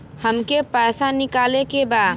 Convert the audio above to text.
हमके पैसा निकाले के बा